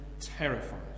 terrified